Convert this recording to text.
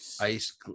ice